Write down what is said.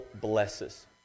blesses